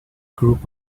group